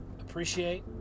appreciate